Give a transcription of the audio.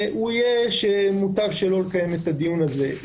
יהיה מוטב שלא לקיים את הדיון הזה.